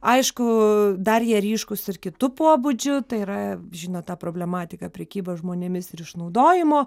aišku dar jie ryškūs ir kitu pobūdžiu tai yra žinot tą problematiką prekybą žmonėmis ir išnaudojimo